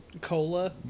Cola